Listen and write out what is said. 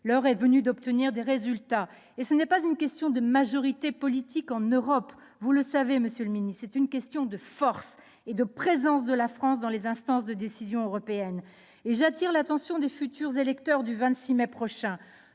l'heure est venue d'obtenir des résultats. Ce n'est pas une question de majorité politique en Europe- vous le savez, monsieur le ministre. C'est une question de force et de présence de la France dans les instances de décision européennes. De ce point de vue, j'attire l'attention des électeurs du 26 mai prochain